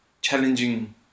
challenging